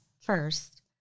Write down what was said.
First